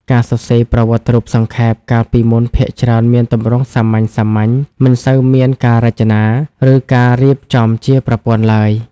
ការសរសេរប្រវត្តិរូបសង្ខេប កាលពីមុនភាគច្រើនមានទម្រង់សាមញ្ញៗ មិនសូវមានការរចនា ឬការរៀបចំជាប្រព័ន្ធឡើយ។